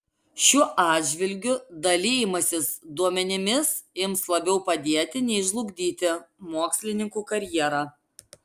šiuo atžvilgiu dalijimasis duomenimis ims labiau padėti nei žlugdyti mokslininkų karjerą